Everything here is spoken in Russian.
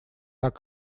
так